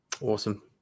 Awesome